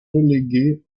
relégués